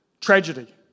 tragedy